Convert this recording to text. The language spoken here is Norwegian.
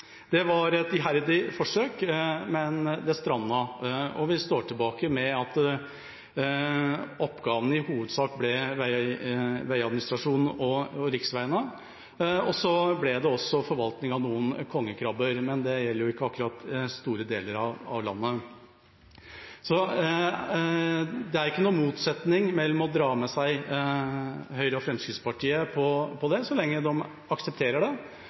Det var et iherdig forsøk, men det strandet, og vi sto tilbake med at oppgavene i hovedsak ble administrasjon av riksveiene, og så ble det forvaltning av noen kongekrabber, men det gjelder ikke akkurat i store deler av landet. Det er ikke noen motsetning mellom det å dra med seg Høyre og Fremskrittspartiet så lenge de aksepterer det,